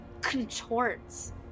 contorts